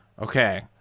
Okay